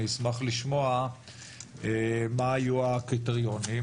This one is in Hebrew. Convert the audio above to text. אני אשמח לשמוע מה היו הקריטריונים,